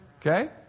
Okay